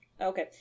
okay